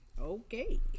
okay